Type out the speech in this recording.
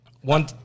one